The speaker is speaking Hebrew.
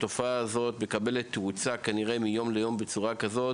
התופעה הזאת מקבל תאוצה מיום ליום בצורה כזו